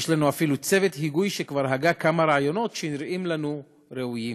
יש לנו אפילו צוות היגוי שכבר הגה כמה רעיונות שנראים לנו ראויים.